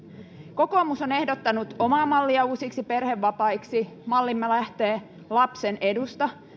kokoomus on ehdottanut omaa mallia uusiksi perhevapaiksi mallimme lähtee lapsen edusta